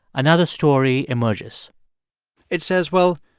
another story emerges it says, well,